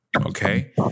okay